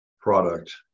product